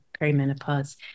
perimenopause